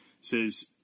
says